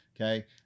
Okay